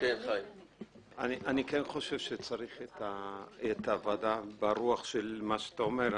אני חושב שצריך את הוועדה ברוח מה שאתה אומר.